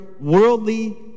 worldly